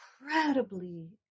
incredibly